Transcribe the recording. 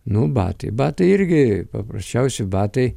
nu batai batai irgi paprasčiausi batai